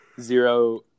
zero